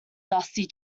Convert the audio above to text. dusty